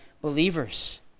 believers